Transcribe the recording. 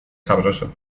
sabroso